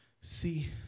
See